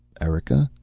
erika?